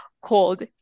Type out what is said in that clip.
called